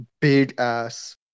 big-ass